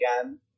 again